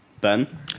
Ben